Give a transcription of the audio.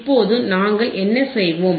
இப்போது நாங்கள் என்ன செய்வோம்